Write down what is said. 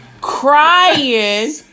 crying